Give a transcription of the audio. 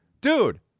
Dude